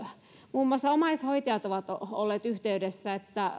muun muassa omaishoitajat ovat olleet yhteydessä että